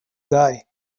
guy